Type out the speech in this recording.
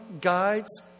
guides